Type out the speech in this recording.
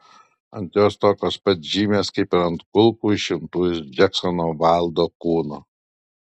ant jos tokios pat žymės kaip ant kulkų išimtų iš džeksono vaildo kūno